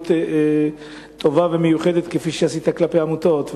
מדיניות טובה ומיוחדת, כפי שעשית כלפי העמותות.